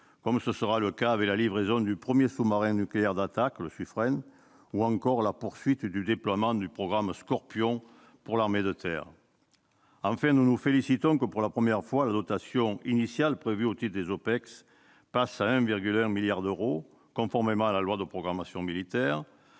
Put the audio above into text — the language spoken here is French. comme ce sera le cas avec la livraison du premier sous-marin nucléaire d'attaque, le Suffren, ou encore la poursuite du déploiement du programme Scorpion pour l'armée de terre. Enfin, nous nous félicitons que, pour la première fois, la dotation initiale prévue au titre des OPEX passe à 1,1 milliard d'euros, conformément à la loi de programmation militaire.